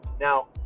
Now